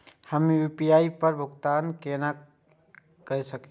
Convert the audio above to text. हम यू.पी.आई पर भुगतान केना कई सकब?